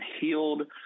healed